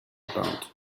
about